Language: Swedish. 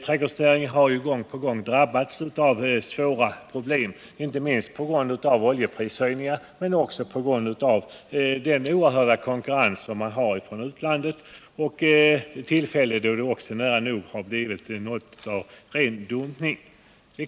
Trädgårdsnäringen har ju gång på gång drabbats av svåra problem, inte minst på grund av oljeprishöjningar men också på grund av den oerhörda konkurrensen från utlandet. Det har funnits tillfällen då det nära nog förekommit ren dumpning.